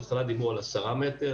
בהתחלה דיברו על 10 מטרים,